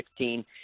2016